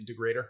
integrator